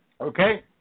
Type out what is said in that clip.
Okay